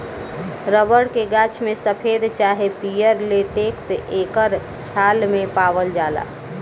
rubber के गाछ में सफ़ेद चाहे पियर लेटेक्स एकर छाल मे पावाल जाला